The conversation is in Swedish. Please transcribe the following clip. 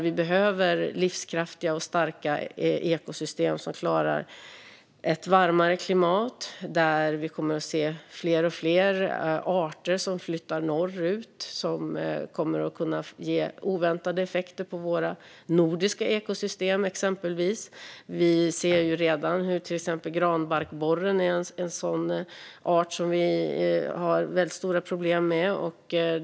Vi behöver livskraftiga och starka ekosystem som klarar ett varmare klimat, där vi kommer att se fler och fler arter flytta norrut, vilket kommer att kunna ge oväntade effekter på våra nordiska ekosystem, exempelvis. Vi ser redan till exempel granbarkborren, som är en sådan art som vi har väldigt stora problem med.